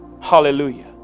hallelujah